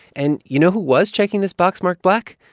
and you know who was checking this box marked black?